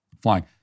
flying